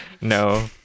No